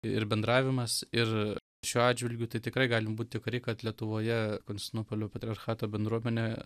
ir bendravimas ir šiuo atžvilgiu tai tikrai galim būt tikri kad lietuvoje konstantinopolio patriarchato bendruomenė